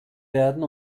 werden